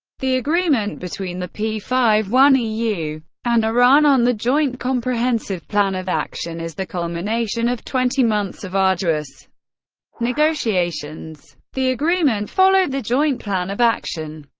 the agreement between the p five one eu and iran on the joint comprehensive plan of action is the culmination of twenty months of arduous negotiations. the agreement followed the joint plan of action,